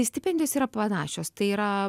stipendijos yra panašios tai yra